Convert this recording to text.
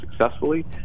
successfully